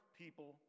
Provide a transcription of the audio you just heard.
people